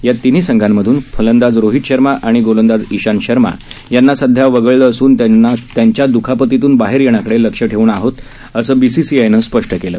या तिन्ही संघांमधून फलंदाज रोहित शर्मा आणि गोलंदाज ईशांत शर्मा यांना सध्या वगळण्यात आलं असून त्यांच्या द्रखापतीतून बाहेर येण्याकडे लक्ष ठेवून आहोत असं बीसीआयनं स्पष्ट केलं